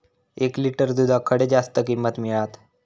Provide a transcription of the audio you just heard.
एक लिटर दूधाक खडे जास्त किंमत मिळात?